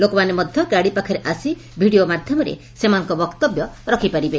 ଲୋକମାନେ ମଧ୍ଧ ଗାଡି ପାଖରେ ଆସି ଭିଡିଓ ମାଧ୍ଧମରେ ସେମାନଙ୍କର ବକ୍ତବ୍ୟ ରଖପାରିବେ